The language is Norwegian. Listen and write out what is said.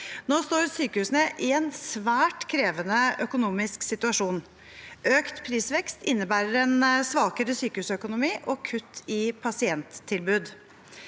Nå står sykehusene i en svært krevende økonomisk situasjon. Økt prisvekst innebærer en svakere sykehusøkonomi og kutt i pasienttilbud.